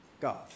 God